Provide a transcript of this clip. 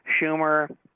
Schumer